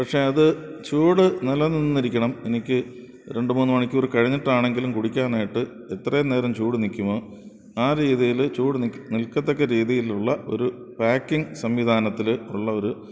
പക്ഷേ അത് ചൂട് നിലനിന്നിരിക്കണം എനിക്ക് രണ്ടുമൂന്നു മണിക്കൂർ കഴിഞ്ഞിട്ടാണെങ്കിലും കുടിക്കാനായിട്ട് എത്രയും നേരം ചൂട് നില്ക്കുമോ ആ രീതിയില് ചൂട് നിക്ക് നില്ക്കത്തക്ക രീതിയിലുള്ള ഒരു പാക്കിങ് സംവിധാനത്തില് ഉള്ള ഒരു